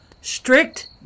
Strict